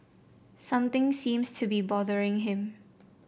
something seems to be bothering him